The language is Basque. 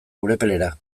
urepelera